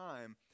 time